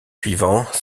suivants